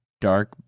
dark-